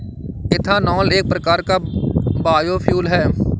ethanol एक प्रकार का बायोफ्यूल है